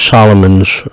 Solomon's